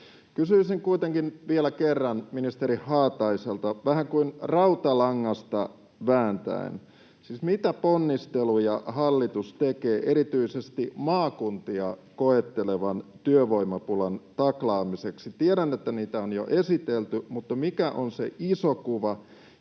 Kysyisin kuitenkin vielä kerran ministeri Haataiselta vähän kuin rautalangasta vääntäen: Siis mitä ponnisteluja hallitus tekee erityisesti maakuntia koettelevan työvoimapulan taklaamiseksi? Tiedän, että niitä on jo esitelty, mutta mikä on se iso kuva,